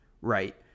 right